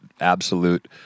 absolute